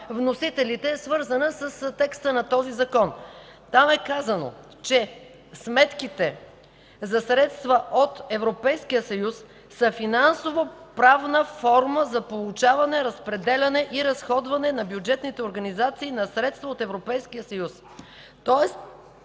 вносителите е свързана с текста на този закон. Там е казано: „Сметките за средства от Европейския съюз са финансово-правна форма за получаване, разпределяне и разходване на бюджетните организации, на средства от